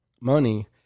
money